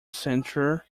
centre